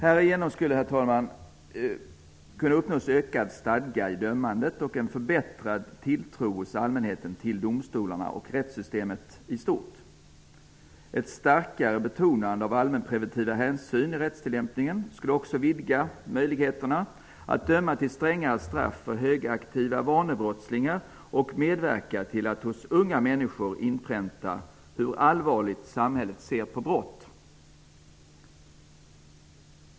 Härigenom skulle, herr talman, uppnås ökad stadga i och en förbättrad tilltro hos allmänheten till domstolarna och rättssystemet i stort. Ett starkare betonande av allmänpreventiva hänsyn i rättstillämpningen skulle också vidga möjligheterna att döma till strängare straff för högaktiva vanebrottslingar och medverka till att hos unga människor inpränta hur allvarligt samhället ser på brott.